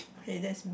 hey that's